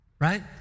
right